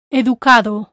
educado